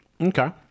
Okay